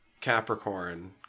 Capricorn